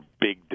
big